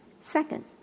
Second